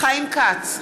חיים כץ,